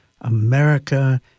America